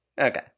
Okay